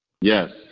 Yes